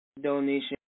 donation